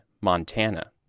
Montana